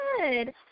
good